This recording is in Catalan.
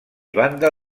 banda